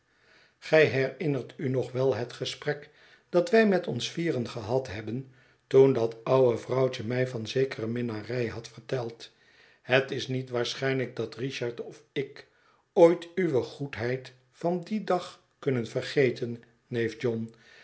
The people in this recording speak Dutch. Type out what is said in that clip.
gij herinnert u nog wel het gesprek dat wij met ons vieren gehad hebben toen dat oude vrouwtje mij van zekere minnarij had verteld het is niet waarschijnlijk dat richard of ik ooit uwe goedheid van dien dag kunnen vergeten neef john